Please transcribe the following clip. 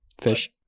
fish